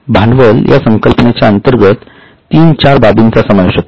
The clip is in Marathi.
भांडवल या संकल्पनेच्या अंतर्गत तीन चार बाबींचा समावेश होतो